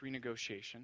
renegotiation